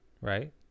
right